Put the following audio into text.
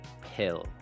pill